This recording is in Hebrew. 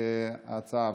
ההצעה עברה.